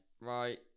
Right